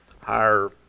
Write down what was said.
higher